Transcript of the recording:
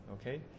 okay